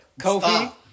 Kofi